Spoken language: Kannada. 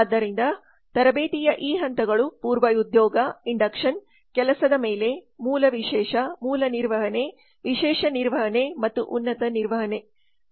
ಆದ್ದರಿಂದ ತರಬೇತಿಯ ಈ ಹಂತಗಳು ಪೂರ್ವ ಉದ್ಯೋಗ ಇಂಡಕ್ಷನ್ ಕೆಲಸದ ಮೇಲೆ ಮೂಲ ವಿಶೇಷ ಮೂಲ ನಿರ್ವಹಣೆ ವಿಶೇಷ ನಿರ್ವಹಣೆ ಮತ್ತು ಉನ್ನತ ನಿರ್ವಹಣೆ